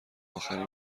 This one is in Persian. آخرین